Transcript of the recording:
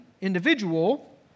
individual